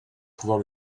pouvoir